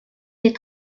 ses